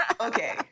okay